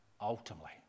ultimately